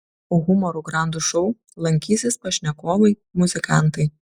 humoro grandų šou lankysis pašnekovai muzikantai